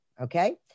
Okay